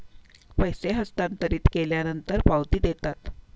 पैसे हस्तांतरित केल्यानंतर पावती देतात